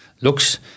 looks